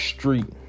Street